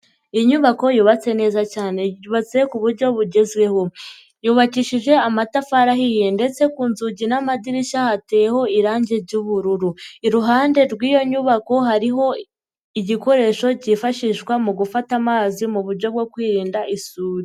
Inyubako yubatse neza cyane yubatse ku buryo bugezweho yubakishije amatafari ahiye ndetse ku nzugi n'amadirishya hateyeho irangi ry'ubururu, iruhande rw'iyo nyubako hariho igikoresho kifashishwa mu gufata amazi mu buryo bwo kwirinda isuri.